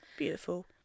beautiful